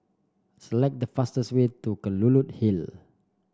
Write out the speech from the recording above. select the fastest way to Kelulut Hill